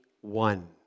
one